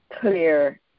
clear